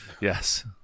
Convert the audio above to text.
Yes